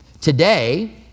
Today